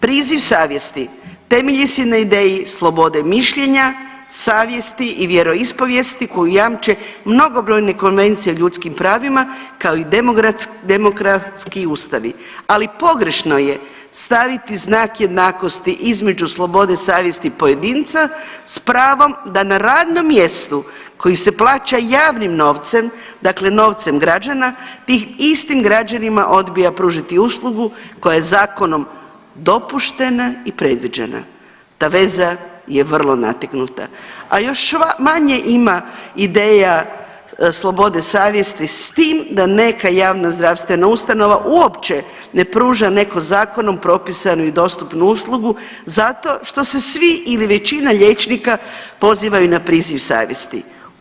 Priziv savjesti temelji se na ideji slobode mišljenja, savjesti i vjeroispovijesti koju jamče mnogobrojne konvencije o ljudskim pravima, kao i demokratski ustavi, ali pogrešno je staviti znak jednakosti između slobode savjesti pojedinca s pravom da na radnom mjestu koji se plaća javnim novcem, dakle novcem građana tim istim građanima odbija pružiti uslugu koja je zakonom dopuštena i predviđena, ta veza je vrlo nategnuta, a još manje ima ideja slobode savjesti s tim da neka javnozdravstvena ustanova uopće ne pruža neku zakonom propisanu i dostupnu uslugu zato što se svi ili većina liječnika pozivaju na priziv savjesti.